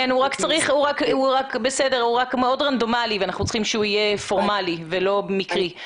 הוא רק מאוד רנדומלי ואנחנו צריכים שהוא יהיה פורמלי ולא מקרי.